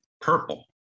Purple